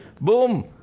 boom